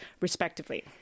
respectively